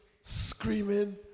screaming